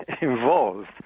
involved